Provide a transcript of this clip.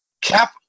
Cap